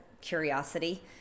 curiosity